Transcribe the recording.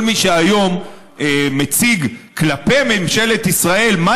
כל מי שהיום מציג כלפי ממשלת ישראל מה